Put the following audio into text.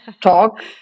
talk